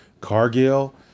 Cargill